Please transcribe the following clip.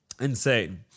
insane